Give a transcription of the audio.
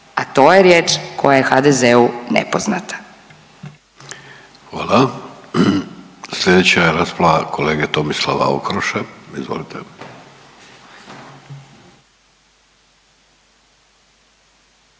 a to je riječ koja je HDZ-u nepoznata.